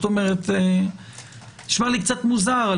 נשמע לי מוזר.